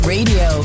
Radio